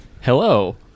Hello